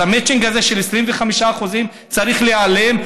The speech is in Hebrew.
אז המצ'ינג הזה של 25% צריך להיעלם,